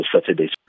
Saturday